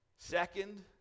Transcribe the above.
Second